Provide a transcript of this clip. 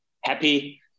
happy